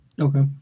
Okay